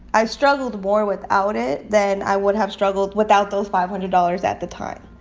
i struggled more without it. then, i would have struggled without those five hundred dollars at the time.